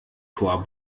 tor